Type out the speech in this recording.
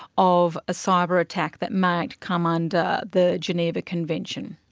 of a cyber-attack that might come under the geneva convention?